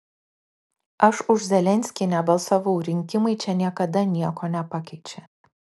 aš už zelenskį nebalsavau rinkimai čia niekada nieko nepakeičia